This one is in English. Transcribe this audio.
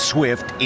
Swift